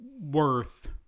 worth